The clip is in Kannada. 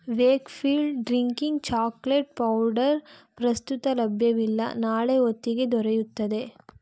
ವೇಕ್ಫೀಲ್ಡ್ ಡ್ರಿಂಕಿಂಗ್ ಚಾಕ್ಲೇಟ್ ಪೌಡರ್ ಪ್ರಸ್ತುತ ಲಭ್ಯವಿಲ್ಲ ನಾಳೆ ಹೊತ್ತಿಗೆ ದೊರೆಯುತ್ತದೆ